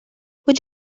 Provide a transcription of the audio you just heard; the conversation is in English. would